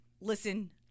listen